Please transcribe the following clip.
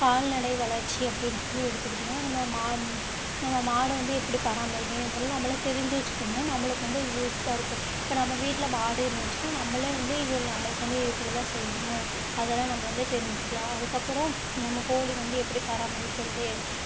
கால்நடை வளர்ச்சி அப்படின்னு சொல்லி எடுத்துக்கிட்டோன்னால் நம்ம மான் நம்ம மாடை வந்து எப்படி பராமரிக்கணும் இதுபோல நம்மளே தெரிஞ்சு வச்சுட்டோம்ன்னா நம்மளுக்கு வந்து யூஸ்ஃபுல்லாக இருக்கும் இப்போ நம்ம வீட்டில் மாடு இருந்துச்சின்னால் நம்மளே வந்து இது நம்மளுக்கு வந்து இது போலதான் செய்யணும் அதலாம் நம்ம வந்து தெரிஞ்சுக்கலாம் அதுக்கப்பறம் நம்ம கோழி வந்து எப்படி பராமரிக்கிறது